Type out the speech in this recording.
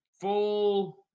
full